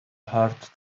hard